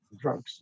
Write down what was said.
drugs